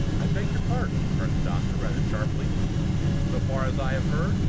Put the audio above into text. i beg your pardon, returned the doctor, rather sharply so far as i have heard,